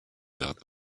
dark